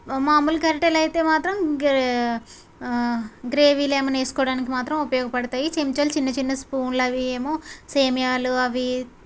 మామూలు గరిటెలు అయితే మాత్రం గ్రే గ్రేవీలు ఏమైనా వేసుకోడానికి మాత్రం ఉపయోగపడతాయి చెంచాలు చిన్న చిన్న స్పూన్లు అవేమో సేమియాలు అవి